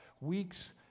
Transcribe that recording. weeks